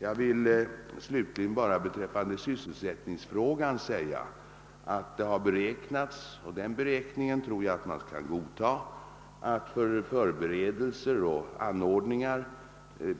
: Jag vill slutligen beträffande sysselsättningsfrågan säga att det har beräknats — och den beräkningen tror jag att man kan godtaga — att förberedelser och anordningar